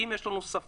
אם יש לנו ספק,